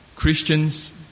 Christians